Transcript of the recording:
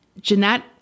Jeanette